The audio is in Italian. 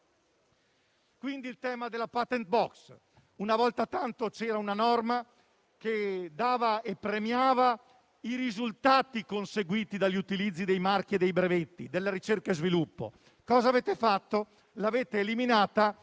è poi il tema della *patent box*: una volta tanto c'era una norma che dava e premiava i risultati conseguiti dagli utilizzi dei marchi e dei brevetti, della ricerca e sviluppo. Cosa avete fatto? L'avete eliminata